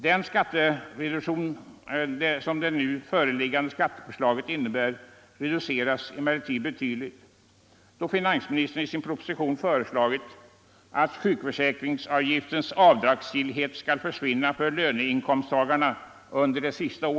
Den skattereduktion som det nu föreliggande skatteförslaget innebär reduceras emellertid betydligt, då finansministern i sin proposition föreslagit att sjukförsäkringsavgiftens avdragsgillhet skall försvinna för löneinkomstagarna vid 1976 års taxering.